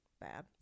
Bad